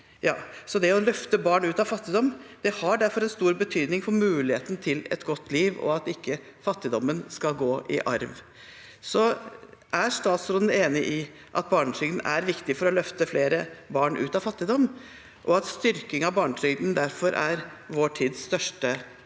Det å løfte barn ut av fattigdom har derfor stor betydning for muligheten til et godt liv og for at fattigdommen ikke skal gå i arv. Er statsråden enig i at barnetrygden er viktig for å løfte flere barn ut av fattigdom, og at styrking av barnetrygden derfor er vår tids største